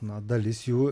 na dalis jų